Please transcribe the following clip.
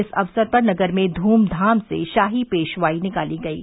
इस अवसर पर नगर में ध्रमधाम से शाही पेशवाई निकाली गयी